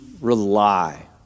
rely